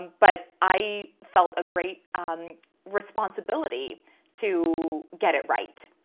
but i felt a great um responsibility to get it right.